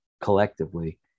collectively